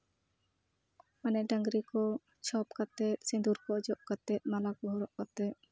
ᱢᱟᱱᱮ ᱰᱟᱝᱨᱤ ᱠᱚ ᱪᱷᱟᱯ ᱠᱟᱛᱮ ᱥᱤᱸᱫᱩᱨ ᱠᱚ ᱚᱡᱚᱜ ᱠᱟᱛᱮ ᱢᱟᱞᱟ ᱠᱚ ᱦᱚᱨᱚᱜ ᱠᱟᱛᱮ